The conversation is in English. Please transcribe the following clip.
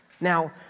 Now